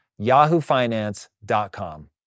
yahoofinance.com